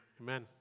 amen